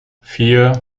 vier